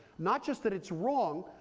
not just that it's wrong,